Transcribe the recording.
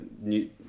new